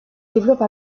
développe